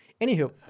Anywho